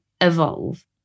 evolve